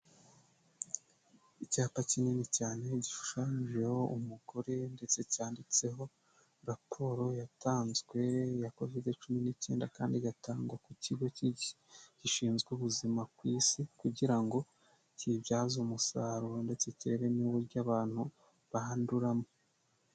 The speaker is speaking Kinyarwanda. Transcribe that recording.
Icyapa kinini cyane gishushanyijeho umugore ndetse cyanditseho raporo yatanzwe ya kovide cumi n'icyenda, kandi igatangwa ku kigo gishinzwe ubuzima ku isi, kugira ngo kiyibyaze umusaruro ndetse kirebe n'uburyo abantu banduramo.